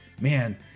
man